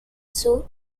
sur